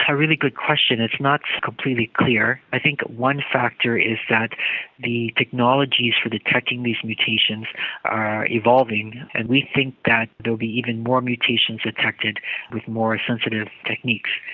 really good question. it's not completely clear. i think one factor is that the technologies for detecting these mutations are evolving, and we think that there will be even more mutations detected with more sensitive techniques.